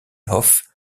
offs